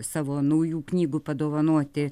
savo naujų knygų padovanoti